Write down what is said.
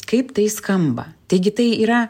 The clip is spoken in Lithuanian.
kaip tai skamba taigi tai yra